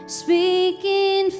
speaking